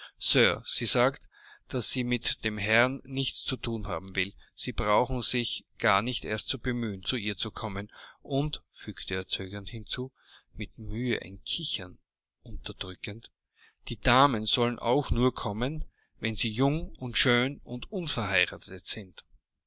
sie sagt daß sie mit den herren nichts zu thun haben will sie brauchen sich gar nicht erst zu bemühen zu ihr zu kommen und fügte er zögernd hinzu mit mühe ein kichern unterdrückend die damen sollen auch nur kommen wenn sie jung und schön und unverheiratet sind